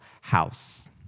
house